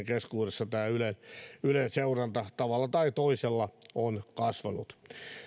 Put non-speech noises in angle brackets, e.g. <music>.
<unintelligible> keskuudessa ylen seuranta tavalla tai toisella on kasvanut